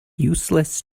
useless